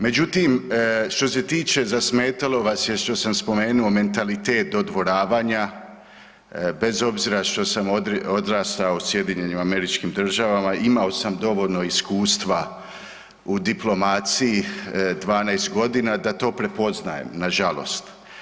Međutim, što se tiče, zasmetalo vas je što sam spomenuo mentalitet dodvoravanja, bez obzira što sam odrastao u SAD-u, imao sam dovoljno iskustva u diplomaciji 12 godina, da to prepoznajem, nažalost.